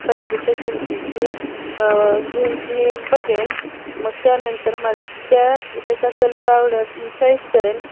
पाहिजे त्या किमतीची जीन्स मी बघेन मग त्यानंतर म त्या त्याचा कलर आवड चॉईस करेन